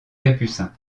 capucins